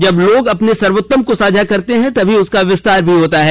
जब लोग अपने सर्वात्तम का साझा करते हैं तभी उसका विस्तार भी होता है